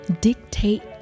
dictate